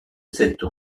cette